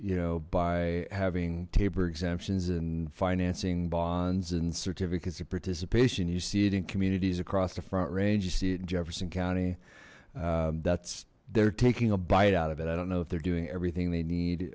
you know by having tabor exemptions and financing bonds and certificates of participation you see it in communities across the front range you see it in jefferson county that's they're taking a bite out of it i don't know if they're doing everything they need